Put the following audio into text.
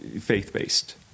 faith-based